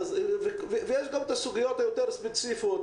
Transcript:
ויש גם את הסוגיות היותר ספציפיות,